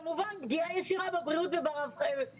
כמובן יש פגיעה ישירה בבריאות וברווחתו